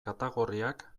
katagorriak